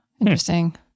Interesting